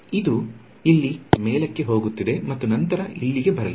ಇದು ಇಲ್ಲಿ ಮೇಲಕ್ಕೆ ಹೋಗುತ್ತಿದೆ ಮತ್ತು ನಂತರ ಇಲ್ಲಿಗೆ ಬರಲಿದೆ